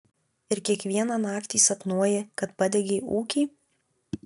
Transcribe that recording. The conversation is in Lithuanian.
ir kiekvieną naktį sapnuoji kad padegei ūkį